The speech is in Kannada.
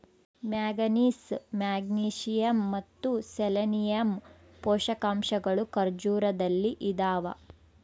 ಮ್ಯಾಂಗನೀಸ್ ಮೆಗ್ನೀಸಿಯಮ್ ಮತ್ತು ಸೆಲೆನಿಯಮ್ ಪೋಷಕಾಂಶಗಳು ಖರ್ಜೂರದಲ್ಲಿ ಇದಾವ